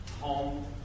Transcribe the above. home